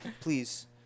please